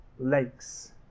lakes